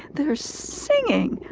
they're singing,